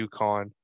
UConn